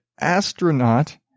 astronaut